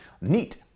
Neat